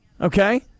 okay